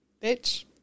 bitch